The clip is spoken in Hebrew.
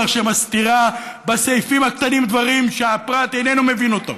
שמסתירה בסעיפים בקטנים דברים שהפרט איננו מבין אותם.